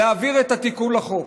להעביר את התיקון לחוק.